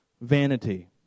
vanity